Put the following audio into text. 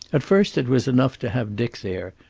at first it was enough to have dick there,